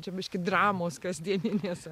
čia biškį dramos kasdieninės